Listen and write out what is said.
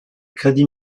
crédits